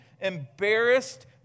embarrassed